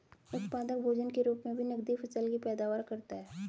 उत्पादक भोजन के रूप मे भी नकदी फसल की पैदावार करता है